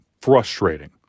frustrating